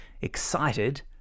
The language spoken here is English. Excited